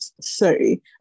sorry